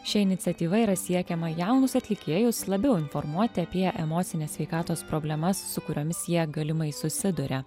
šia iniciatyva yra siekiama jaunus atlikėjus labiau informuoti apie emocinės sveikatos problemas su kuriomis jie galimai susiduria